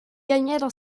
gagna